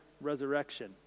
resurrection